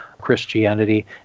Christianity